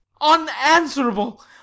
Unanswerable